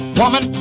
woman